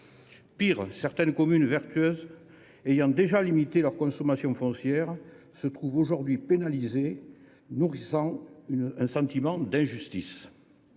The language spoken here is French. Pis, certaines communes vertueuses, ayant déjà limité leur consommation foncière, se trouvent aujourd’hui pénalisées, d’où un sentiment d’injustice.